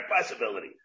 possibility